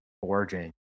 forging